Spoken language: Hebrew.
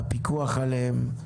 הפיקוח עליהן,